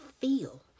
feel